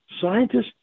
Scientists